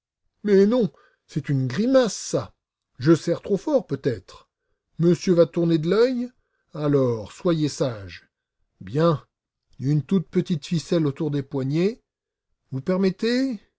mais non c'est une grimace ça je serre trop fort peut-être monsieur va tourner de l'œil alors soyez sage bien une toute petite ficelle autour des poignets vous permettez